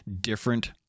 different